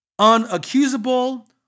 unaccusable